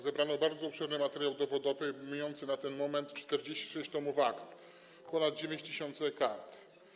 Zebrano bardzo obszerny materiał dowodowy mający w tym momencie 46 tomów akt, ponad 9 tys. kart.